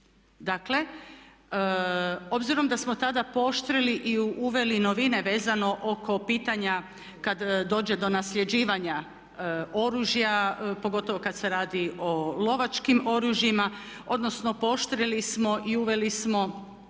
Dakle, obzirom da smo tada pooštrili i uveli i novine vezano oko pitanja kad dođe do nasljeđivanja oružja pogotovo kad se radi o lovačkim oružjima, odnosno pooštrili smo i uveli smo